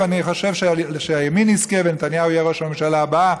ואני חושב שהימין יזכה ונתניהו יהיה ראש הממשלה הבא,